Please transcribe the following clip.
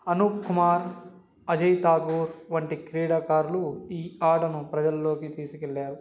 అనూప్ కుమార్ అజయ్ ఠాగూర్ వంటి క్రీడాకారులు ఈ ఆటను ప్రజలలోకి తీసుకు వెళ్ళారు